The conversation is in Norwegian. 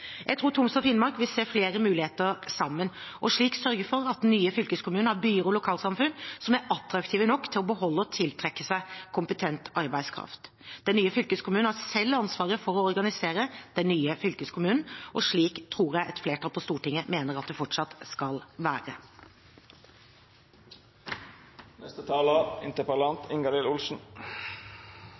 Jeg tror Troms og Finnmark vil se flere muligheter sammen og slik sørge for at den nye fylkeskommunen har byer og lokalsamfunn som er attraktive nok til å beholde og tiltrekke seg kompetent arbeidskraft. Den nye fylkeskommunen har selv ansvaret for å organisere den nye fylkeskommunen, og slik tror jeg et flertall på Stortinget mener at det fortsatt skal være.